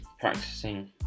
practicing